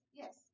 yes